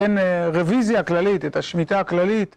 אין רוויזיה כללית, את השמיטה הכללית.